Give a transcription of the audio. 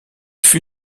fut